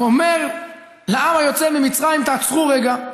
הוא אומר לעם היוצא ממצרים: תעצרו רגע,